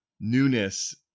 newness